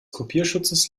kopierschutzes